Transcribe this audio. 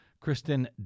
Kristen